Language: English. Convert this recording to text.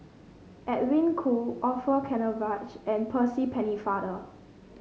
Edwin Koo Orfeur Cavenagh and Percy Pennefather